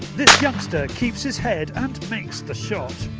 this youngster keeps his head and makes the shot.